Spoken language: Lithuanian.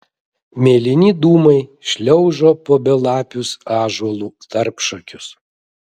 mėlyni dūmai šliaužo po belapius ąžuolų tarpšakius